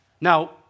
Now